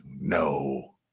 no